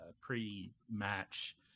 pre-match